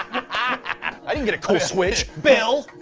i didn't get a cool switch, bill!